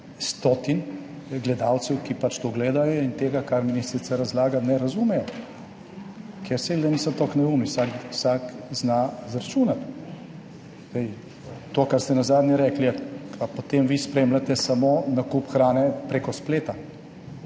stotin gledalcev, ki pač to gledajo in tega, kar ministrica razlaga, ne razumejo. Ker seveda niso tako neumni, vsak zna izračunati. To, kar ste nazadnje rekli – a potem vi spremljate samo nakup hrane prek spleta?